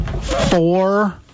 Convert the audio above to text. four